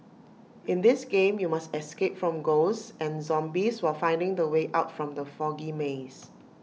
in this game you must escape from ghosts and zombies while finding the way out from the foggy maze